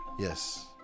yes